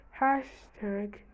hashtag